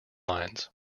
lines